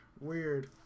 Weird